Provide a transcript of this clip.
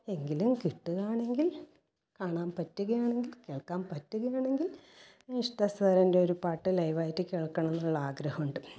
എങ്കിലും കിട്ടുകയാണെങ്കിൽ കാണാൻ പറ്റുകയാണെങ്കിൽ കേൾക്കാൻ പറ്റുകയാണെങ്കിൽ യേശുദാസ് സാറിൻ്റെ ഒരു പാട്ട് ലൈവ് ആയിട്ട് കേൾക്കണം എന്നുള്ള ആഗ്രഹം ഉണ്ട്